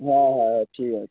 হ্যাঁ হ্যাঁ ঠিক আছে